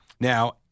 Now